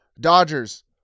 Dodger's